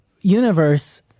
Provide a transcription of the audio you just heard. universe